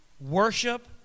Worship